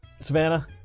Savannah